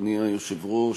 אדוני היושב-ראש,